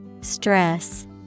Stress